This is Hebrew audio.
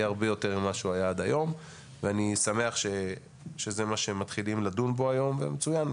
אנחנו נעשה דיונים נוספים.